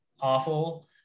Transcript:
awful